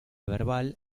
verbal